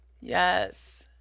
Yes